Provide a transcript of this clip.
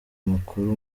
makuru